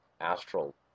astral